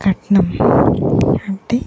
కట్నం అంటే